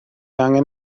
angen